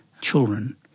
children